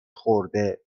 خورده